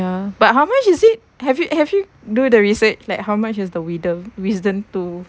ya but how much is it have you have you do the research like how much is the wisdom tooth